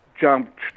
jumped